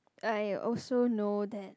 I also know that